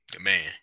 Man